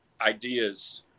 ideas